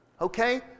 Okay